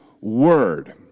word